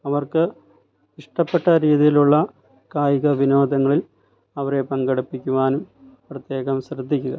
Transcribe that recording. അവർക്ക് ഇഷ്ടപ്പെട്ട രീതിയിലുള്ള കായികവിനോദങ്ങളിൽ അവരെ പങ്കെടുപ്പിക്കുവാനും പ്രത്യേകം ശ്രദ്ധിക്കുക